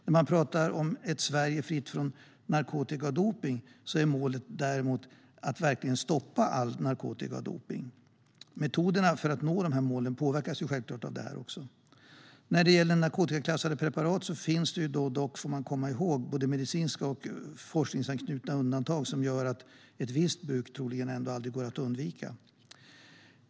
När man talar om ett Sverige fritt från narkotika och dopning är däremot målet att verkligen stoppa all narkotika och dopning. Metoderna för att nå målen påverkas självklart av detta. När det gäller narkotikaklassade preparat finns det dock både medicinska och forskningsanknutna undantag som gör att ett visst bruk troligen inte går att undvika.